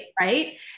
right